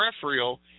peripheral